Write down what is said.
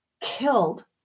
killed